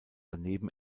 daneben